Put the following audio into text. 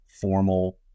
formal